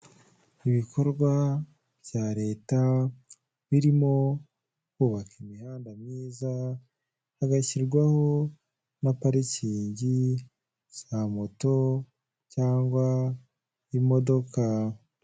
Ibikorwa bya leta birimo kubaka imihanda myiza, hagashyirwaho na parikingi za moto cyangwa imodoka.